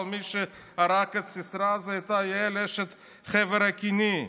אבל מי שהרג את סיסרא הייתה יעל אשת חבר הקיני.